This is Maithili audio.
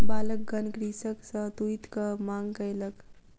बालकगण कृषक सॅ तूईतक मांग कयलक